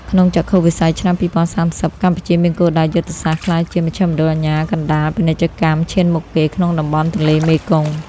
ក្នុងចក្ខុវិស័យឆ្នាំ ២០៣០ កម្ពុជាមានគោលដៅយុទ្ធសាស្ត្រក្លាយជា "មជ្ឈមណ្ឌលអាជ្ញាកណ្ដាលពាណិជ្ជកម្ម" ឈានមុខគេក្នុងតំបន់ទន្លេមេគង្គ។